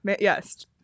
Yes